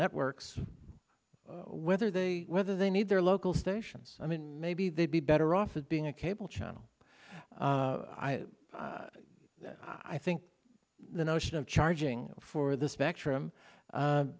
networks whether they whether they need their local stations i mean maybe they'd be better off of being a cable channel i think the notion of charging for the spectrum